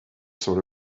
sort